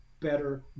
better